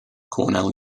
cornell